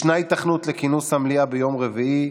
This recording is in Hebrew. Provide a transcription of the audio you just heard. ישנה היתכנות לכינוס המליאה ביום רביעי,